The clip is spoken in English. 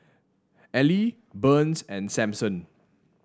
Elie Burns and Samson